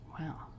Wow